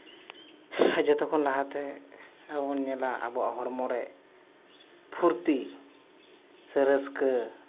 ᱡᱚᱛᱚ ᱠᱷᱚᱱ ᱞᱟᱛᱮ ᱟᱵᱚ ᱵᱚᱱ ᱧᱮᱞᱟ ᱟᱵᱚᱣᱟᱜ ᱦᱚᱲᱢᱚ ᱨᱮ ᱯᱷᱩᱨᱛᱤ ᱥᱮ ᱨᱟᱹᱥᱠᱟᱹ